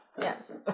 Yes